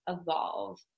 evolve